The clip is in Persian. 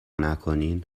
نکنین